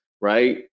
Right